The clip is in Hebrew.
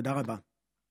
תודה רבה.